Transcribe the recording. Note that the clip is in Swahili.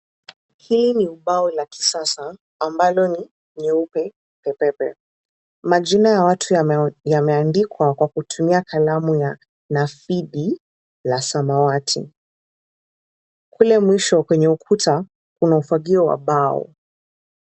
Hili ni ubao la kisasa, ambalo ni nyeupe pepepe. Majina kadhaa ya watu yameandikwa kwa kutumia kalamu ya nafidi, ya samawati. Kule mwisho kwenye ukuta kuna ufagio wa bao.